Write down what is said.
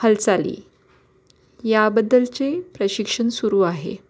हालचाली याबद्दलचे प्रशिक्षण सुरू आहे